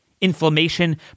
inflammation